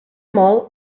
molt